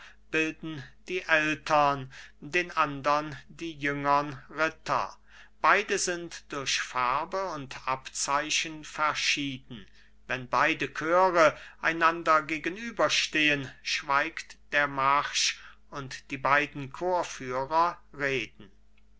bilden die ältern den andern die jüngern ritter beide sind durch farbe und abzeichen verschieden wenn beide chöre einander gegenüber stehen schweigt der marsch und die beiden chorführer reden